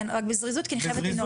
רק בזריזות, כי אני חייבת לנעול.